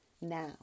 now